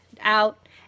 out